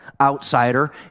outsider